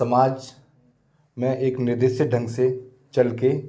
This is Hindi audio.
समाज में एक निर्देशित ढंग से चल कर